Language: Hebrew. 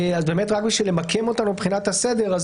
רק כדי למקם מבחינת הסדר,